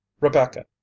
rebecca